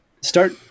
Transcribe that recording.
start